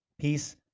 peace